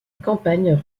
campagne